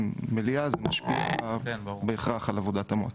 מליאה זה משפיע בהכרח על עבודת המועצה.